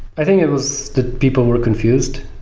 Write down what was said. i think it was that people were confused.